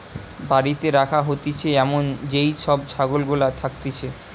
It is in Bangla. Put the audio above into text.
বাড়িতে রাখা হতিছে এমন যেই সব ছাগল গুলা থাকতিছে